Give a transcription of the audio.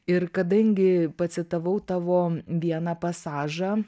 ir kadangi pacitavau tavo vieną pasažą